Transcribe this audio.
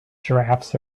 giraffes